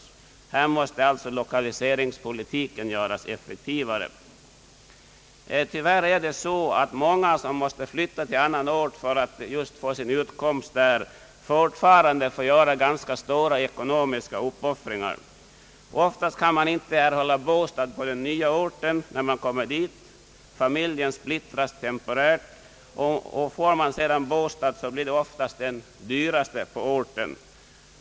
Härvidlag måste därför lokaliseringspolitiken göras effektivare. Fortfarande får tyvärr många som måste flytta till annan ort för att där få sin utkomst göra ganska stora ekonomiska uppoffringar. I de flesta fall kan de inte omedelbart erhålla bostad på den nya orten. Familjen splittras temporärt, och får den bostad blir det för det mesta den dyraste på orten.